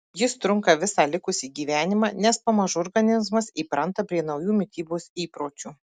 jis trunka visą likusį gyvenimą nes pamažu organizmas įpranta prie naujų mitybos įpročių